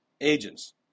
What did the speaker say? agents